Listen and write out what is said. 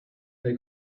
they